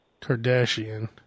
Kardashian